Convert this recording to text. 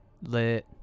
Lit